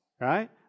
right